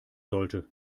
sollte